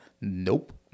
Nope